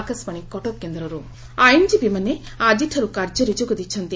ଆଇନଜୀବୀ ଆଇନଜୀବୀମାନେ ଆଜିଠାରୁ କାର୍ଯ୍ୟରେ ଯୋଗ ଦେଇଛନ୍ତି